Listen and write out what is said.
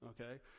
okay